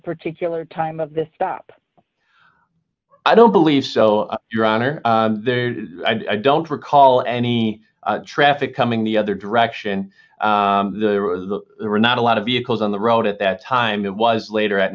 particular time of the stop i don't believe so your honor there i don't recall any traffic coming the other direction were not a lot of vehicles on the road at that time it was later at